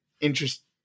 interesting